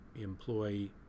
employ